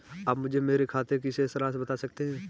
आप मुझे मेरे खाते की शेष राशि बता सकते हैं?